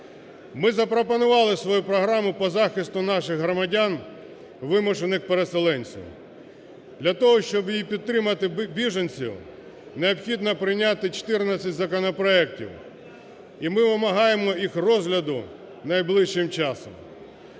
Ми запропонували свою програму по захисту наших громадян – вимушених переселенців. Для того, щоб її підтримати, біженців, необхідно прийняти 14 законопроектів, і ми вимагаємо їх розгляду найближчим часом.